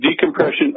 decompression